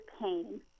pain